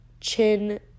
chin